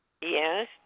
Yes